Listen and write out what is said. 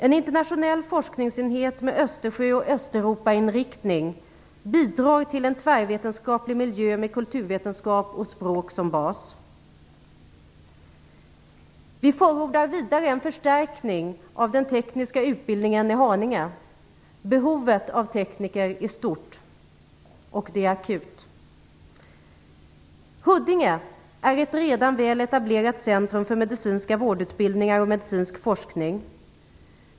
En internationell forskningsenhet med Östersjö och Östeuropainriktning bidrar till en tvärvetenskaplig miljö med kulturvetenskap och språk som bas. Vi förordar vidare en förstärkning av den tekniska utbildningen i Haninge. Behovet av tekniker är stort och akut. Huddinge är ett redan väl etablerat centrum för medicinska vårdutbildningar och medicinsk forskning.